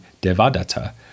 Devadatta